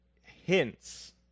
hints